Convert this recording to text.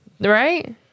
Right